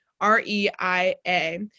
R-E-I-A